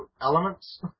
elements